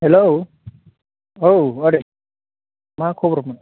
hello औ आदै मा खबरमोन